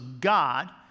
God